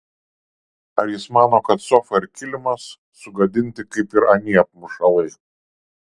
ar jis mano kad sofa ir kilimas sugadinti kaip ir anie apmušalai